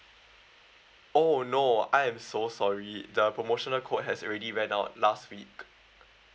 oh no I am so sorry the promotional code has already ran out last week